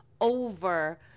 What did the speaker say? over